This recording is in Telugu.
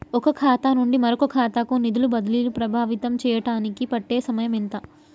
ఒక ఖాతా నుండి మరొక ఖాతా కు నిధులు బదిలీలు ప్రభావితం చేయటానికి పట్టే సమయం ఎంత?